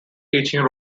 teaching